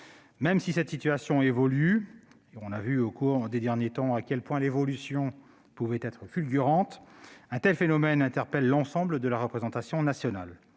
Même si cette situation évolue, et on a vu au cours de ces derniers temps à quel point l'évolution pouvait être fulgurante, un tel phénomène interpelle l'ensemble de la représentation nationale.